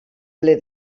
ple